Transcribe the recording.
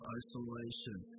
isolation